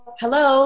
hello